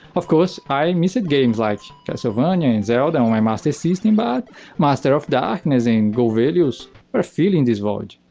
of course, i missed games like castlevania and zelda on my master system, but master of darkness and golvellius were filling this void.